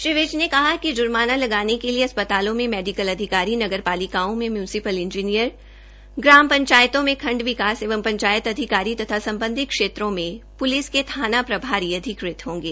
श्री विज ने कहा कि जुर्माने लगाने के लिए अस्पतालों में मेडिकल अधिकारी नगर पालिकाओं में म्यूनिस्पिल इंजीनियर ग्राम पंचायतों में खंड विकास एवं पंचायत अधिकारी तथा संबंधित क्षेत्रों में प्लिस के थाना प्रभारी अधिकृत होंगे